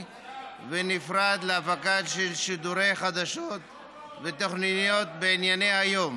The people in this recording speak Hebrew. ונפרד להפקה של שידורי חדשות ותוכניות בענייני היום